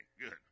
good